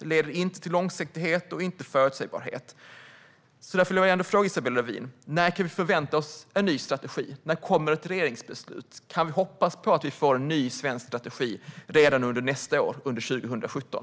Det leder inte till långsiktighet och inte till förutsägbarhet. Därför vill jag fråga Isabella Lövin: När kan vi förvänta oss en ny strategi? När kommer ett regeringsbeslut? Kan vi hoppas på att vi får en ny svensk strategi redan under nästa år, 2017?